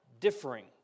Differing